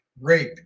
rape